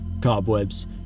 cobwebs